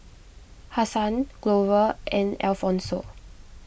Hassan Glover and Alfonso